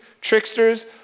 tricksters